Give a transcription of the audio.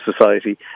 society